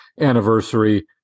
anniversary